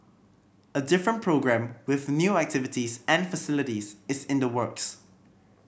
a different programme with new activities and facilities is in the works